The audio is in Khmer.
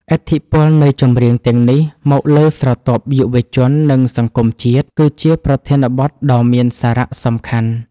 ឥទ្ធិពលនៃចម្រៀង ទាំងនេះ មកលើស្រទាប់យុវជន និងសង្គមជាតិ គឺជាប្រធានបទដ៏មានសារៈសំខាន់